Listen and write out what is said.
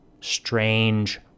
strange